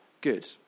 good